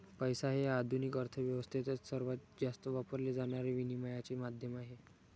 पैसा हे आधुनिक अर्थ व्यवस्थेत सर्वात जास्त वापरले जाणारे विनिमयाचे माध्यम आहे